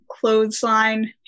clothesline